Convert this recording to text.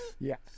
Yes